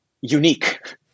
unique